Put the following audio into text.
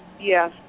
Yes